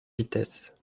vitesse